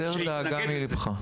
הסר דאגה מלבך,